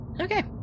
Okay